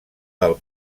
del